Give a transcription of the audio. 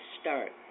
Start